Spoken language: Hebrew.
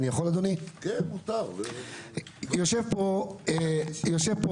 יושב פה יוסי,